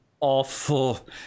Awful